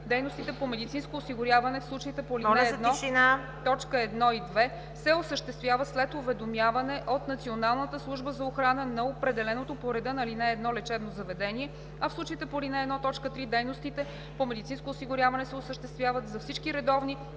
Дейностите по медицинско осигуряване в случаите по ал. 1, т. 1 и 2 се осъществяват след уведомяване от Националната служба за охрана на определеното по реда на ал. 1 лечебно заведение, а в случаите по ал. 1, т. 3 дейностите по медицинско осигуряване се осъществяват за всички редовни